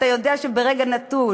אתה יודע שברגע נתון